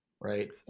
right